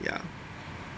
ya